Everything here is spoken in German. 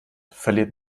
verliert